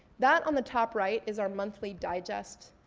that on the top right is our monthly digest.